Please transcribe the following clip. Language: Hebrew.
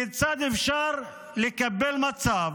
כיצד אפשר לקבל מצב